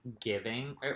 giving